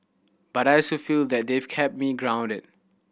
but I so feel that they've kept me grounded